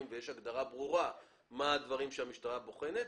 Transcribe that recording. ויש הגדרה ברורה מה הדברים שהמשטרה בוחנת,